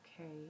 okay